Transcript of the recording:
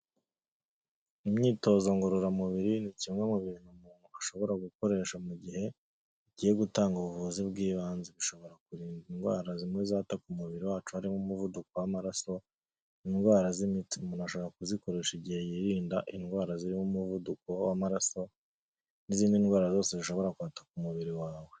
Imyitozo ngororamubiri ni kimwe mu bintu umuntu ashobora gukoresha mu gihe agiye gutanga ubuvuzi bw'ibanze, bishobora kurinda indwara zimwe zataka umubiri wacu harimo umuvuduko w'amaraso, indwara z'imitsi, umuntu ashobora kuzikoresha igihe yirinda indwara zirimo umuvuduko w'amaraso n'izindi ndwara zose zishobora kwataka umubiri wawe.